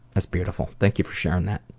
that's beautiful. thank you for sharing that.